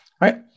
right